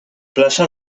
plaza